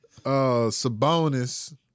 Sabonis